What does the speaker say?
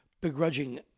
begrudging